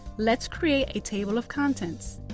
let's create a table of contents.